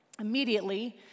Immediately